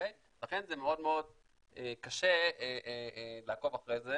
לכן זה מאוד מאוד קשה לעקוב אחרי זה